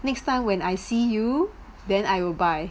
next time when I see you then I will buy